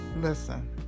listen